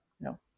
no